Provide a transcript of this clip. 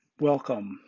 Welcome